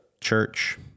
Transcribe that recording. church